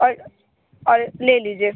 और और ले लीजिए